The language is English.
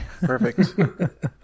Perfect